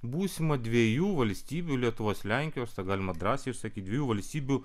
būsimą dviejų valstybių lietuvos lenkijos tai galima drąsiai sakyti dviejų valstybių